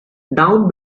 down